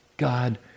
God